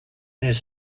his